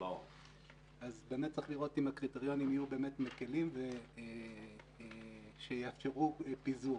צריך לראות אם הקריטריונים יהיו מקילים ושיאפשרו פיזור.